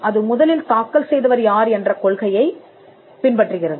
அது முதலில் தாக்கல் செய்தவர் யார் என்ற கொள்கையைப் பின்பற்றுகிறது